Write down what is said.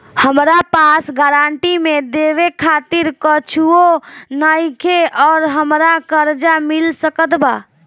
हमरा पास गारंटी मे देवे खातिर कुछूओ नईखे और हमरा कर्जा मिल सकत बा?